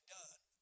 done